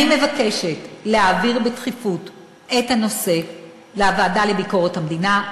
אני מבקשת להעביר בדחיפות את הנושא לוועדה לביקורת המדינה.